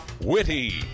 Witty